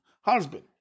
husband